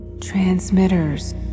Transmitters